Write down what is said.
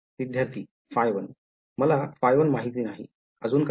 विद्यार्थी ø1 फाय वन मला फाय वन माहिती नाही अजून काही